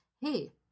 hey